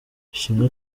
ishimwe